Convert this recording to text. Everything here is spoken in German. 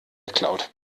geklaut